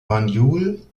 banjul